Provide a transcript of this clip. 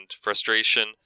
frustration